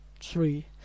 three